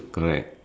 correct